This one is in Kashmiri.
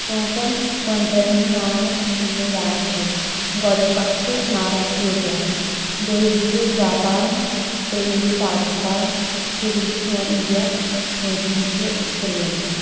پانٛژن کوٚنٹرِین ہٕنٛدۍ ناو یِم مےٚ یاد چھِ گۄڈنیُک اَکھ چھُ نارٕتھ کورِیا دۄیِم چھِ جاپان ترٛیٚیِم چھ پاکِستان ژوٗرِم چھُ سون اِنڈِیا پوٗنٛژم چھُ سِری لنکا